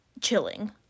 chilling